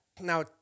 Now